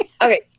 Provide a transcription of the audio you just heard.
Okay